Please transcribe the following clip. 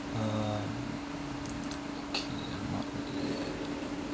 um okay not yet